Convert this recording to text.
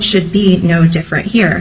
should be no different here